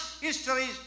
histories